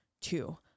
two